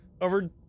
over